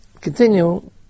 Continue